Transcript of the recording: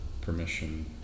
permission